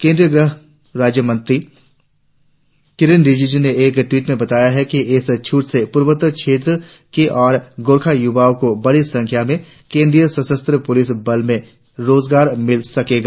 केंद्रीय गृह राज्यमंत्री किरेन रिजिजू ने एक ट्वीट में बताया कि इस छूट से पूर्वोत्तर क्षेत्र के और गोरखा युवाओं को बड़ी संख्या में केंद्रीय सशस्त्र पुलिस बलों में रोजगार मिल सकेगा